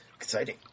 Exciting